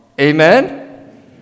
Amen